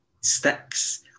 sticks